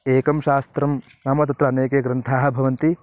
एकं शास्त्रं नाम तत्र अनेके ग्रन्थाः भवन्ति